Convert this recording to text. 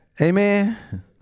amen